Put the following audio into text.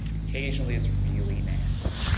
occasionaly it's really nasty.